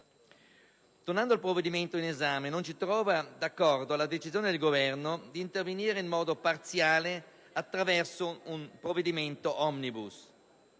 Tornando al provvedimento in esame, non ci trova d'accordo la decisione del Governo di intervenire in modo parziale attraverso un provvedimento *omnibus*.